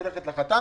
אז היא הולכת לחתן.